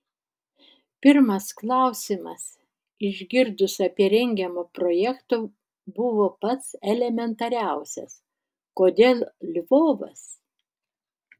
pirmas klausimas išgirdus apie rengiamą projektą buvo pats elementariausias kodėl lvovas